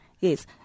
Yes